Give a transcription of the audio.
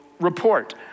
report